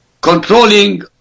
controlling